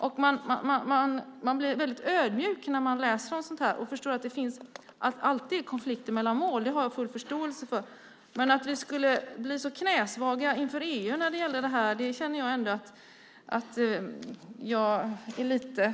Man blir ödmjuk när man läser om detta. Att det alltid finns konflikter mellan mål har jag full förståelse för. Men att vi skulle bli så knäsvaga inför EU när det gäller detta är jag lite förtvivlad över.